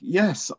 yes